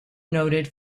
noted